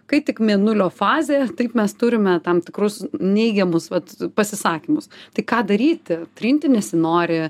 kai tik mėnulio fazė taip mes turime tam tikrus neigiamus vat pasisakymus tai ką daryti trinti nesinori